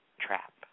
trap